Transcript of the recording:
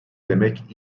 demek